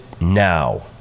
now